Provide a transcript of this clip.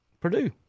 Purdue